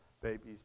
babies